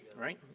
right